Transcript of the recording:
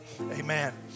Amen